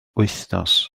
wythnos